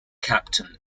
captain